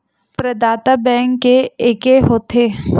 प्रदाता बैंक के एके होथे?